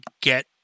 get